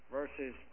verses